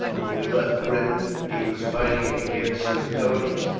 when we left britain he was fighting against suetonius,